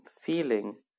feeling